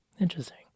Interesting